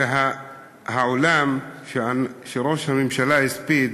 כי העולם, ראש הממשלה הספיד